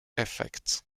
effect